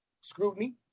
scrutiny